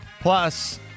plus